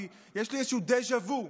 כי יש לי איזשהו דז'ה וו.